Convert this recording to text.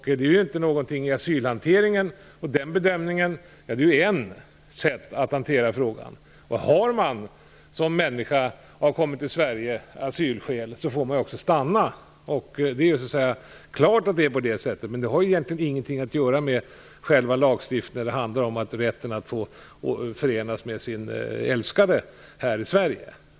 Det har inte att göra med bedömningen av asylfrågan, även om det är ett sätt att hantera frågan. Det är självklart att en människa som har kommit till Sverige av asylskäl får stanna, men det har egentligen ingenting att göra med själva lagstiftningen och rätten för en person att förenas med sin älskade här i Sverige.